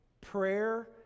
Prayer